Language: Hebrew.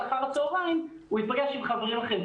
אחר הצהריים הוא ייפגש עם חברים אחרים.